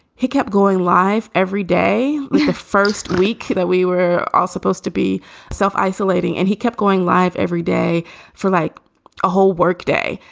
he kept going live every day. the first week that we were all supposed to be self isolating and he kept going live every day for like a whole workday.